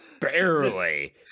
Barely